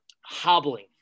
hobbling